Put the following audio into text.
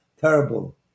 terrible